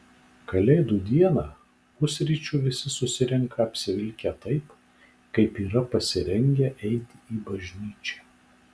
kalėdų dieną pusryčių visi susirenka apsivilkę taip kaip yra pasirengę eiti į bažnyčią